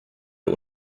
der